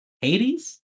Hades